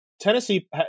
Tennessee –